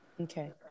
Okay